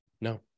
No